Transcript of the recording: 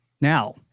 Now